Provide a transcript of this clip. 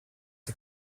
the